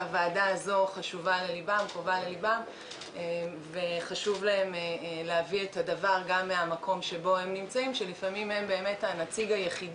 הוועדה וחשוב להם להביא את הדבר גם מהמקום שלהם שלפעמים הם הנציג היחיד